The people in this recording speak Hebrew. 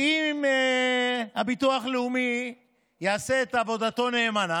כי אם הביטוח הלאומי יעשה את עבודתו נאמנה,